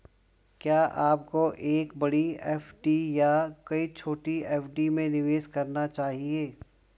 क्या आपको एक बड़ी एफ.डी या कई छोटी एफ.डी में निवेश करना चाहिए?